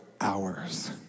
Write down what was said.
hours